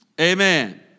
Amen